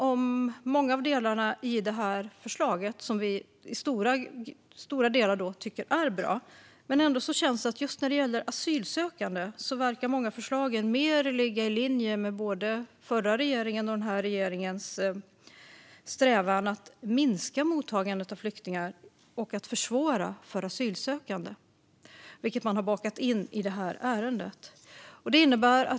Vi tycker att förslaget i stora delar är bra, men just när det gäller asylsökande verkar många av förslagen mer ligga i linje med både den förra regeringens och den här regeringens strävan att minska mottagandet av flyktingar och att försvåra för asylsökande. Det har man bakat in i detta ärende.